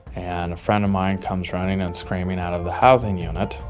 and a friend of mine comes running and screaming out of the housing unit.